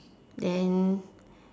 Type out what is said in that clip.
then